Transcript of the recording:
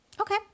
Okay